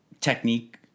technique